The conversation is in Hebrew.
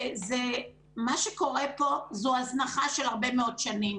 מה שקורה פה זו הזנחה של הרבה מאוד שנים